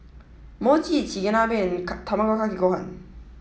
Mochi Chigenabe and Tamago kake gohan